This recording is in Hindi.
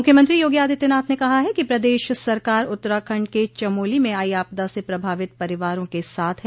मुख्यमंत्री योगी आदित्यनाथ ने कहा है कि प्रदेश सरकार उत्तराखंड के चमोली में आई आपदा से प्रभावित परिवारों के साथ है